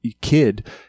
kid